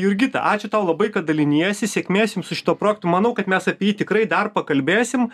jurgita ačiū tau labai kad daliniesi sėkmės jum su šituo projektu manau kad mes apie jį tikrai dar pakalbėsim